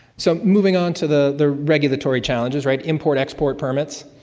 so moving on to the the regulatory challenges right. import export permits.